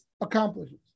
accomplishes